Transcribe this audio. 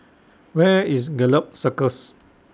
Where IS Gallop Circus